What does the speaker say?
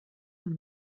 amb